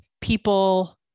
people